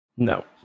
no